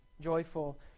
joyful